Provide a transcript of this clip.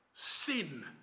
Sin